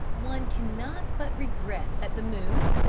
one cannot but regret that the moon,